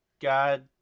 God